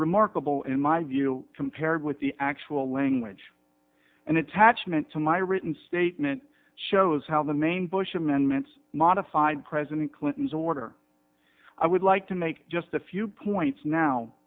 remarkable in my view compared with the actual language and attachment to my written statement shows how the main bush amendments modified president clinton's order i would like to make just a few points now